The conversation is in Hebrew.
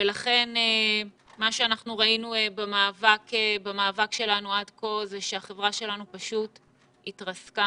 מה שראינו במאבק שלנו עד כה הוא שהחברה שלנו פשוט התרסקה